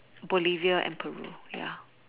Bolivia and Peru ya